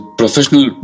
professional